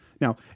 Now